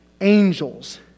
angels